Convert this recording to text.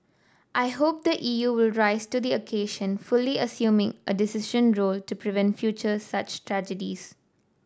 I hope the E U will rise to the occasion fully assuming a decisive role to prevent future such tragedies